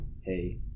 hey